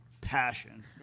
passion